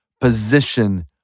position